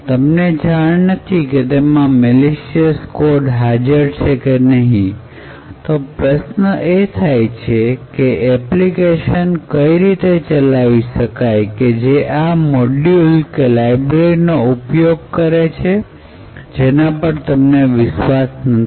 તમને જાણ નથી કે તેમાં મેલીસિયશ કોડ હાજર છે કે નહીં તો પ્રશ્ન એ થાય છે કે એપ્લિકેશન કઈ રીતે ચલાવી શકાય કે જે એવા મોડ્યુલ કે લાઈબ્રેરીનો ઉપયોગ કરે છે કે જેના પર તમને વિશ્વાસ નથી